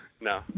No